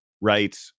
right